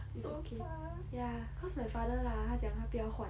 it's okay ya cause my father lah 他讲他不要换